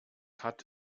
hat